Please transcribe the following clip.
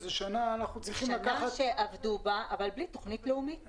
שנה שעבדו בה אבל בלי תוכנית לאומית, זה נכון.